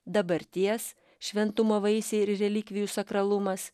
dabarties šventumo vaisiai ir relikvijų sakralumas